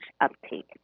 uptake